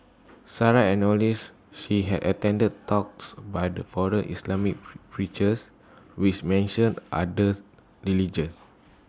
Sarah she had attended talks by foreign Islamic preachers which mentioned others religions